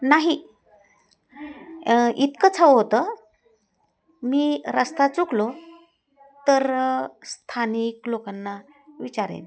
नाही इतकंच हवं होतं मी रस्ता चुकलो तर स्थानिक लोकांना विचारेन